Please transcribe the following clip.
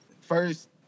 first